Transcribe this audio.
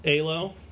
Alo